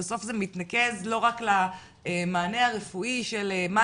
ובסוף זה מתנקז לא רק למענה הרפואי של מה